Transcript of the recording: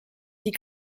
die